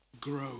grow